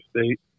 state